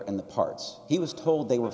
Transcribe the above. and the parts he was told they were